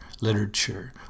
literature